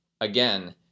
Again